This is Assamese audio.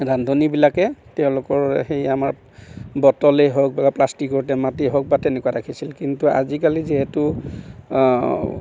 ৰান্ধনীবিলাকে তেওঁলোকৰ সেই আমাৰ বটলেই হওক বা প্লাষ্টিকৰ টেমাতেই হওক বা তেনেকুৱা ৰাখিছিল কিন্তু আজিকালি যিহেতু